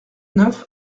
neuf